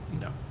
No